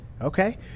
Okay